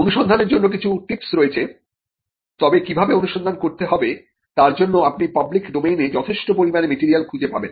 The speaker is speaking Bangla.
অনুসন্ধানের জন্য কিছু টিপস রয়েছে তবে কিভাবে অনুসন্ধান করতে হবে তার জন্য আপনি পাবলিক ডোমেইনে যথেষ্ট পরিমাণে মেটেরিয়াল খুঁজে পাবেন